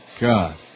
God